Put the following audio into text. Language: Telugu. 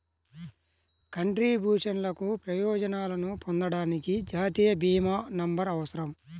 కంట్రిబ్యూషన్లకు ప్రయోజనాలను పొందడానికి, జాతీయ భీమా నంబర్అవసరం